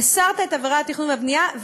הסרת את עבירת התכנון והבנייה,